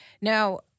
Now